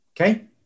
Okay